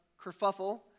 kerfuffle